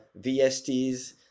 VSTs